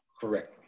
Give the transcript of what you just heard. Correct